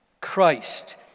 Christ